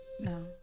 No